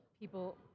people